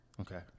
Okay